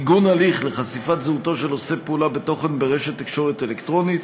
עיגון הליך לחשיפת זהותו של עושה פעולה בתוכן ברשת תקשורת אלקטרונית